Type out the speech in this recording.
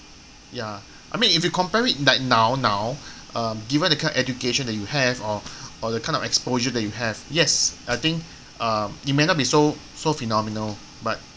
ya I mean if you compare it like now now uh given that kind of education you have know or or the kind of exposure that you have yes I think uh it may not be so so phenomenal but